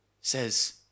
says